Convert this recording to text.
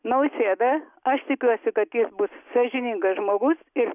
nausėdą aš tikiuosi kad jis bus sąžiningas žmogus ir